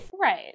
Right